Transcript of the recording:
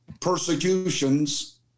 persecutions